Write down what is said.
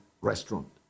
restaurant